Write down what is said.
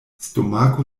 stomako